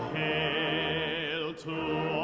a